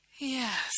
Yes